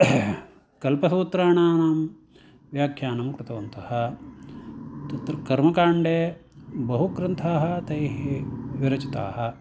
कल्पसूत्राणां व्याख्यानं कृतवन्तः तत्र कर्मकाण्डे बहुग्रन्थाः तैः विरचिताः